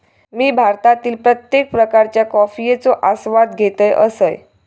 मी भारतातील प्रत्येक प्रकारच्या कॉफयेचो आस्वाद घेतल असय